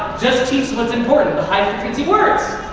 just teach what's important, the high frequency words.